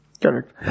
Correct